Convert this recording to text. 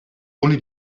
only